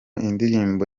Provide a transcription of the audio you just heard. indirimbo